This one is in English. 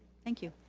thank you.